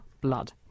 blood